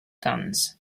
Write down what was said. guns